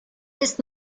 ist